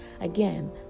Again